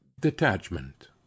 detachment